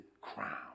crown